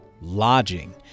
lodging